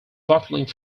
bottling